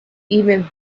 even